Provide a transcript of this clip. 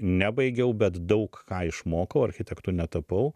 nebaigiau bet daug išmokau architektu netapau